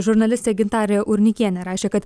žurnalistė gintarė urnikienė rašė kad